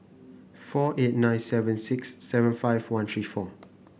four eight nine seven six seven five one three four